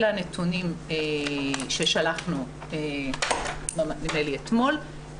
אלה הנתונים ששלחנו אתמול,